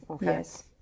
yes